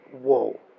Whoa